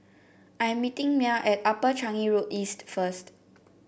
I am meeting Mia at Upper Changi Road East first